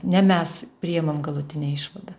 ne mes priimam galutinę išvadą